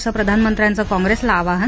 असं प्रधानमंत्र्यांचं काँग्रेसला आवाहन